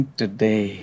today